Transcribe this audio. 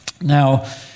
Now